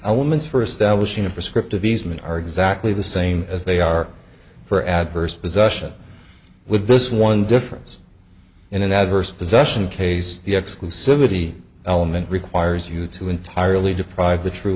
elements for establishing a prescriptive easement are exactly the same as they are for adverse possession with this one difference in an adverse possession case the exclusivity element requires you to entirely deprive the true